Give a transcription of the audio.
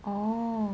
oh